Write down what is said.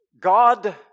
God